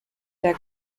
der